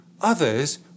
others